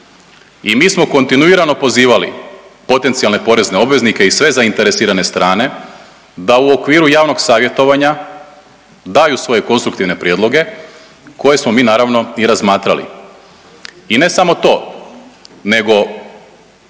i mi smo kontinuirano pozivali potencijalne porezne obveznike i sve zainteresirane strane, da u okviru javnog savjetovanja daju svoje konstruktivne prijedloge koje smo mi naravno i razmatrali. I ne samo to nego